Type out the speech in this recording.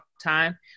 time